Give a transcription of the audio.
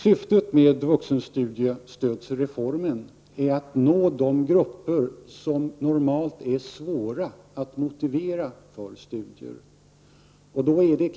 Syftet med vuxenstudiestödsreformen är att nå de grupper som normalt är svåra att motivera för studier.